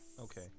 Okay